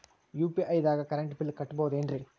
UPI ದಾಗ current bill ಕಟ್ಟಬಹುದೇನ್ರಿ?